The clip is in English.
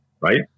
right